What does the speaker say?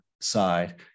side